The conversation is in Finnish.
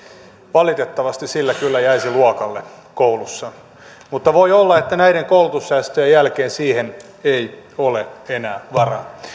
valitettavasti jäisi luokalle koulussa mutta voi olla että näiden koulutussäästöjen jälkeen siihen ei ole enää varaa